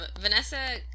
Vanessa